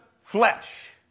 flesh